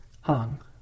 hung